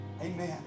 Amen